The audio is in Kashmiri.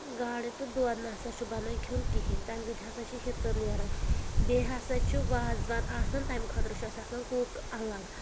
گاڈٕ تہٕ دۄد نہ سا چھُ بَنان کھیٚون کِہیٖنۍ تَمہِ سۭتۍ ہسا چھِ ہِتہ نیران بیٚیہِ ہسا چھُ وازوان آسان تَمہِ خٲطرٕ چھُ اَسہِ آسان کُک الگ